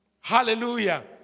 Hallelujah